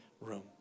room